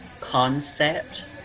concept